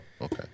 okay